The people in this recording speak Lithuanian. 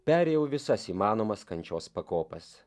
perėjau visas įmanomas kančios pakopas